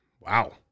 Wow